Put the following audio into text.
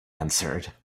answered